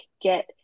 get